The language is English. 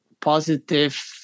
positive